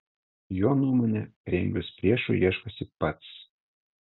jo nuomone kremlius priešų ieškosi pats